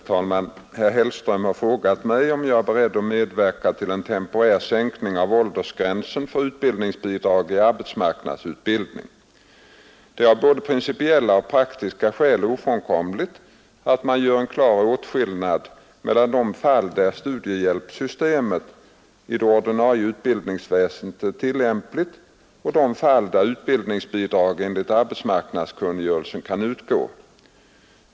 Herr talman! Herr Hellström har frågat mig om jag är beredd att medverka till en temporär sänkning av åldersgränsen för utbildningsbidrag i arbetsmarknadsutbildningen. Det är av både principiella och praktiska skäl ofrånkomligt att man gör en klar åtskillnad mellan de fall där studiehjälpssystemet i det ordinarie utbildningsväsendet är tillämpligt och de fall där utbildningsbidrag enligt arbetsmarknadskungörelsen kan utgå.